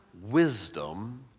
wisdom